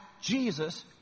Jesus